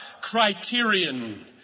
criterion